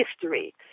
history